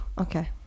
okay